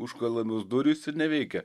užkalamos durys ir neveikia